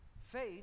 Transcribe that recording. Faith